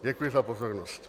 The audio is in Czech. Děkuji za pozornost.